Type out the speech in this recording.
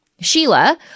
Sheila